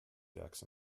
decks